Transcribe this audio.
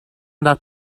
that